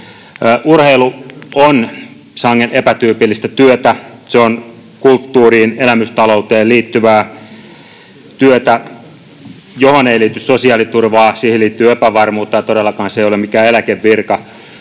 Urheilu on sangen epätyypillistä työtä. Se on kulttuuriin, elämystalouteen liittyvää työtä, johon ei liity sosiaaliturvaa. Siihen liittyy epävarmuutta, ja todellakaan se ei ole mikään eläkevirka.